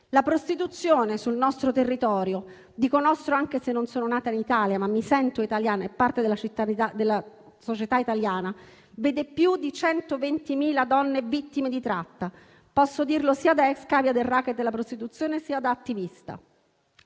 La prostituzione sul nostro territorio - dico nostro anche se non sono nata in Italia, ma mi sento italiana e parte della società italiana - vede più di 120.000 donne vittime di tratta. Posso dirlo sia da *ex* vittima del *racket* della prostituzione sia da attivista.